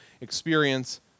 experience